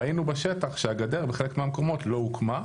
ראינו בשטח שהגדר בחלק מהמקומות לא הוקמה.